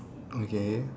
okay